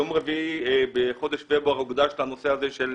יום רביעי בחודש פברואר הוקדש לנושא הזה של